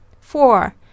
Four